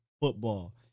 football